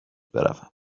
بروم